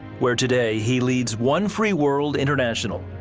where today he leads one free world international,